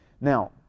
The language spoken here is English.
Now